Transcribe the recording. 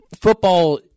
football